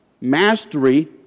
mastery